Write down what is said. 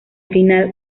final